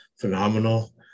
phenomenal